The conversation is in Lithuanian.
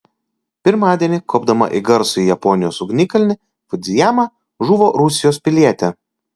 pirmadienį kopdama į garsųjį japonijos ugnikalnį fudzijamą žuvo rusijos pilietė